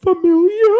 Familiar